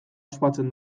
ospatzen